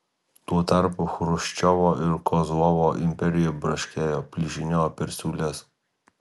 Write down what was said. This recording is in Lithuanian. tuo tarpu chruščiovo ir kozlovo imperija braškėjo plyšinėjo per siūles